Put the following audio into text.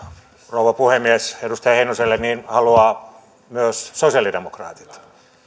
rouva puhemies edustaja heinoselle niin haluaa myös sosiaalidemokraatit